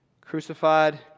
crucified